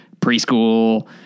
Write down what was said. preschool